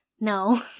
No